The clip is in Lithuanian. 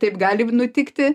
taip gali nutikti